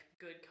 good